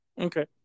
Okay